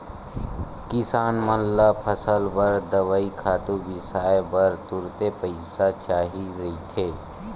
किसान मन ल फसल बर दवई, खातू बिसाए बर तुरते पइसा चाही रहिथे